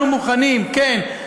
אנחנו מוכנים, כן.